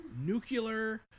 Nuclear